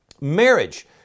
marriage